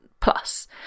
plus